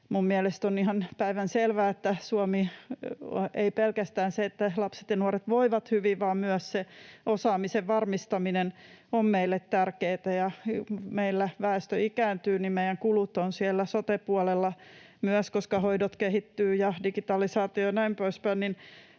mielestäni on ihan päivänselvää, että ei pelkästään se, että lapset ja nuoret voivat hyvin, vaan myös osaamisen varmistaminen on meille tärkeätä. Koska meillä väestö ikääntyy, niin meidän kulut ovat moninkertaistuneet myös sote-puolella, koska hoidot kehittyvät ja on digitalisaatiota ja näin poispäin,